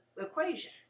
equation